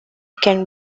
can